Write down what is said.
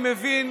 מבין,